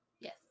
yes